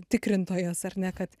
tikrintojas ar ne kad